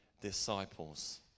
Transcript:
disciples